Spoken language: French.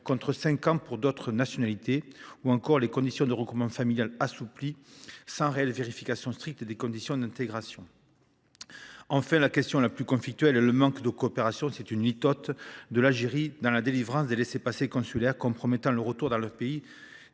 contre cinq ans pour d’autres nationalités, ou encore les conditions d’admission au titre du regroupement familial, qui sont assouplies sans vérification stricte des conditions d’intégration. Enfin, la question la plus conflictuelle est le manque de coopération – c’est une litote !– de l’Algérie dans la délivrance des laissez passer consulaires, compromettant le retour dans leur pays